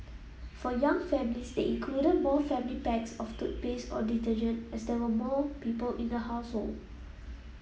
for young families they included more family packs of toothpaste or detergent as there were more people in the household